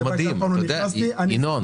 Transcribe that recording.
ינון,